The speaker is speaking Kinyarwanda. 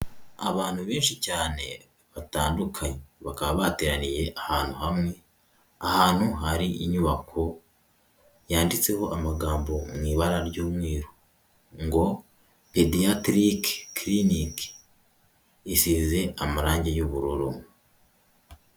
Abantu benshi cyane batandukanye bakaba bateraniye ahantu hamwe, ahantu hari inyubako yanditseho amagambo mu ibara ry'umweru ngo Pediatric clinic, isize amarangi y'ubururu.